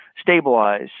stabilize